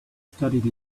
studied